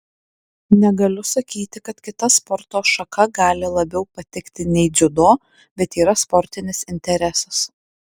negaliu sakyti kad kita sporto šaka gali labiau patikti nei dziudo bet yra sportinis interesas